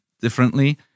differently